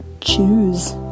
choose